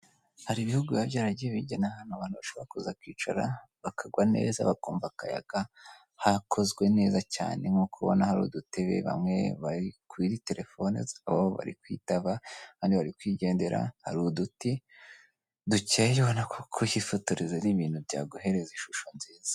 Hari ibihugu biba byaragiye bigena ahantu abantu bashobora kuza kwicara bakagwa neza bakumva akayaga, hakozwe neza cyane nko kubona hari udutebe bamwe bari kuri telefone zabo, bari kwitaba abandi barikwigendera, hari uduti dukeye ubona ko kuhifotoza ari ibintu byaguhereza ishusho nziza.